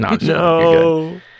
No